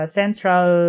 central